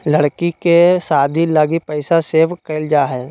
लड़की के शादी लगी पैसा सेव क़इल जा हइ